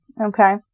Okay